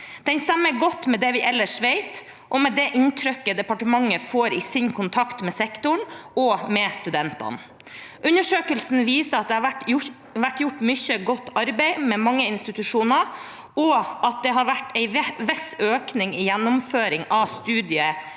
Den stemmer godt med det vi ellers vet, og med det inntrykket departementet får i sin kontakt med sektoren og med studentene. Undersøkelsen viser at det har vært gjort mye godt arbeid ved mange institusjoner, og at det har vært en viss økning i gjennomføringen av studier